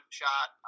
shot